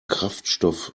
kraftstoff